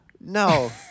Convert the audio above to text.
No